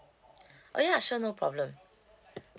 oh ya sure no problem